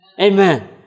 Amen